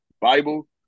Bible